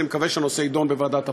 אני מקווה שהנושא יידון בוועדת הפנים.